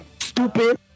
Stupid